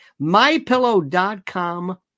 MyPillow.com